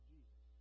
Jesus